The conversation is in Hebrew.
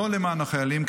לא למען החיילים,